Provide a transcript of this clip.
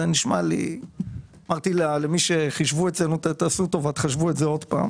זה היה נשמע לי מוגזם ואמרתי למי שחישבו אצלנו לחשב עוד פעם.